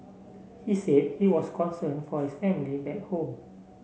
he said he was concerned for his family back home